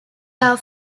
air